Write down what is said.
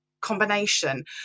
combination